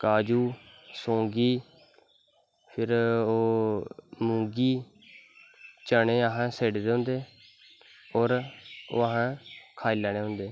काज़ू सौंगी फिर ओह्मुंगी चनें असैं स्हेड़े दे होंदे और ओह् असैं शाई लैनें होंदे